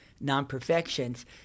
non-perfections